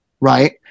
right